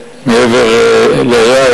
הצטרפו, אלי,